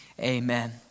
amen